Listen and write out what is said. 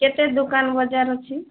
କେତେ ଦୋକାନ ବଜାର ଅଛି